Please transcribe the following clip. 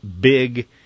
big